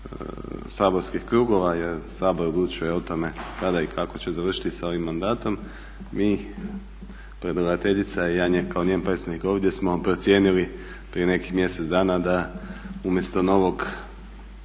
saborskih krugova, jer Sabor odlučuje o tome kada i kako će završiti sa ovim mandatom. Mi, predlagateljica i ja kao njen predstavnik ovdje smo procijenili prije nekih mjesec dana da umjesto novog